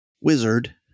wizard